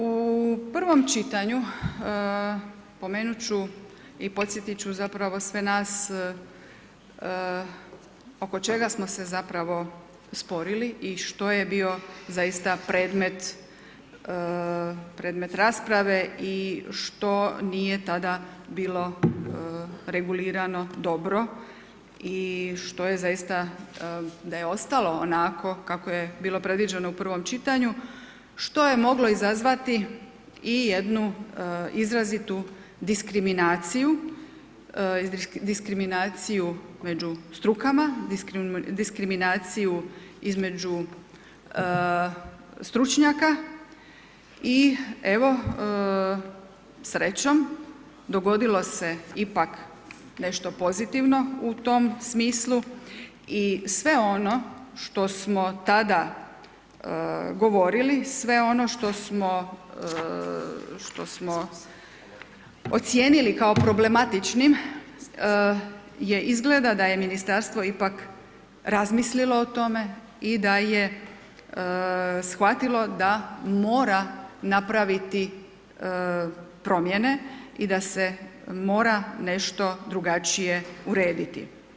U prvom čitanju, pomenut ću i podsjetit ću zapravo sve nas oko čega smo se zapravo sporili i što je bio zaista predmet, predmet rasprave i što nije tada bilo regulirano dobro, i što je zaista, da je ostalo onako, kako je bilo predviđeno u prvom čitanju, što je moglo izazvati i jednu izrazitu diskriminaciju, diskriminaciju među strukama, diskriminaciju između stručnjaka i evo, srećom, dogodilo se ipak nešto pozitivno u tom smislu, i sve ono što smo tada govorili, sve ono što smo, što smo ocijenili kao problematičnim, je izgleda da je Ministarstvo ipak razmislilo o tome, i da je shvatilo da mora napraviti promijene, i da se mora nešto drugačije urediti.